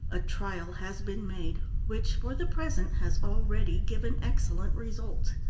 a trial has been made, which, for the present, has already given excellent results.